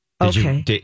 Okay